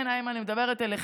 כן, איימן, אני מדברת אליכם.